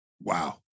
Wow